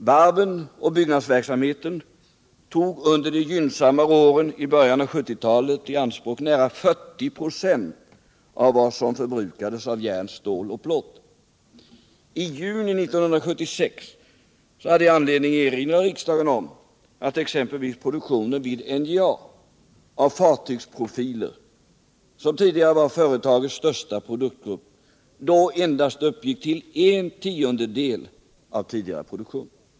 Varven och byggnadsverksamheten tog under de gynnsammare åren i början av 1970-talet i anspråk nära 40 26 av vad som förbrukades av järn, stål och plåt. I juni 1976 hade jag anledning erinra riksdagen om att exempelvis produktionen vid NJA av fartygsprofiler, som tidigare var företagets största produktgrupp, då endast uppgick till en tiondedel av tidigare produktion.